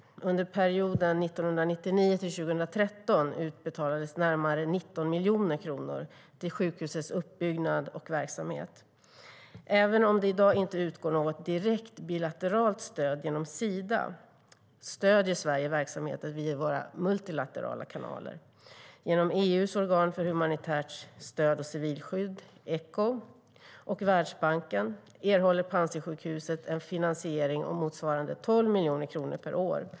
Under perioden 1999-2013 utbetalades närmare 19 miljoner kronor till sjukhusets uppbyggnad och verksamhet. Även om det i dag inte utgår något direkt bilateralt stöd genom Sida stöder Sverige verksamheten via multilaterala kanaler. Genom EU:s organ för humanitärt stöd och civilskydd, Echo, och Världsbanken erhåller Panzisjukhuset en finansiering om motsvarande 12 miljoner kronor per år.